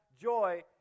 joy